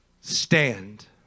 stand